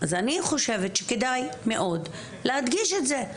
אז אני חושבת שכדאי מאוד להדגיש את זה.